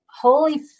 holy